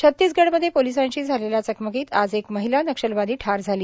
छतीसगडमध्ये पोलिसांशी झालेल्या चकमकीत आज एक महिला नक्षलवादी ठार झाली